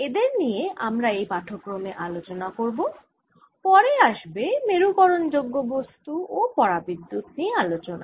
এদের নিয়ে আমরা এই পাঠক্রমে আলোচনা করব পরে আসবে মেরুকরনযোগ্য বস্তু ও পরাবিদ্যুত নিয়ে আলোচনা